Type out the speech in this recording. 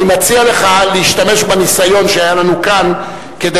אני מציע לך להשתמש בניסיון שהיה לנו כאן כדי